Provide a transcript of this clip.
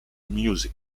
music